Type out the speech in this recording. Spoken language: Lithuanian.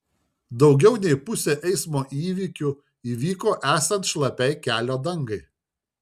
daugiau nei pusė eismo įvykių įvyko esant šlapiai kelio dangai